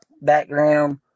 background